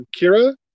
Kira